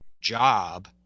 job